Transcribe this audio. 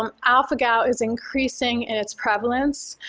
um alpha-gal is increasing in its prevalence,